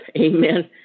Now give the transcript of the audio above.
Amen